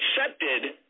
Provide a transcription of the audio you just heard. accepted